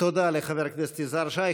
תודה לחבר הכנסת יזהר שי.